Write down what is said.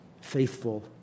faithful